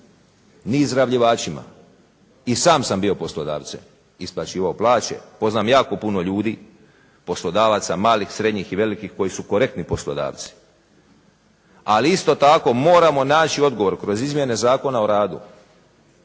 ni izrabljivačima. I sam sam bio poslodavcem, isplaćivao plaće. Poznam jako puno ljudi poslodavaca malih, srednjih i velikih koji su korektni poslodavci, ali isto tako moramo naći odgovor kroz izmjene Zakona o radu